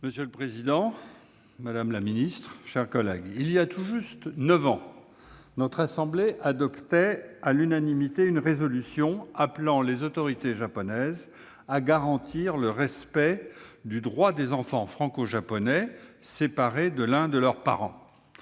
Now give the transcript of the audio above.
Monsieur le président, madame la ministre, mes chers collègues, il y a tout juste neuf ans, la Haute Assemblée adoptait à l'unanimité une proposition de résolution appelant les autorités japonaises à garantir le respect du droit des enfants franco-japonais séparés de l'un de leurs parents.